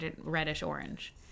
reddish-orange